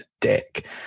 dick